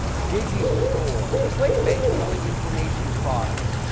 digistore, clickbank. selling information products.